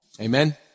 Amen